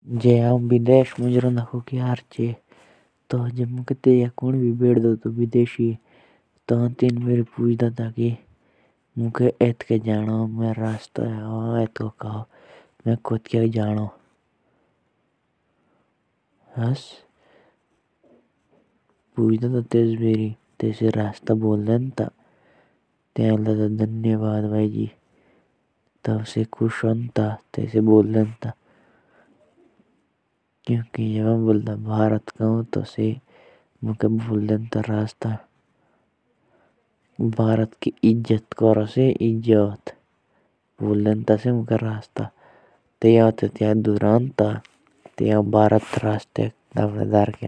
अगर में बिदेश में खो जाता। तो में वहाँ से अगर कोई मुझे मिलता तो में उस्से पूछता कि अपने देश का रास्ता।